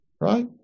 Right